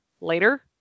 later